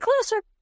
closer